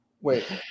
Wait